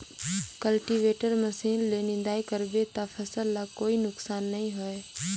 cultivator machine ले निंदई कर बे त फसल ल कोई नुकसानी नई होये